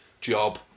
job